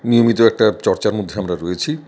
নিয়মিত একটা চর্চার মধ্যে আমরা রয়েছি